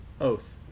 Oath